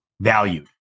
valued